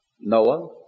Noah